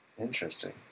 interesting